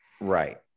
Right